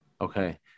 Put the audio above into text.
Okay